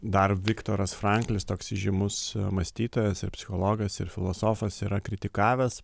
dar viktoras franklis toks įžymus mąstytojas ir psichologas ir filosofas yra kritikavęs